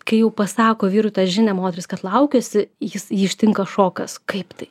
kai jau pasako vyrui tą žinią moteris kad laukiasi jis jį ištinka šokas kaip tai